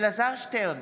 אלעזר שטרן,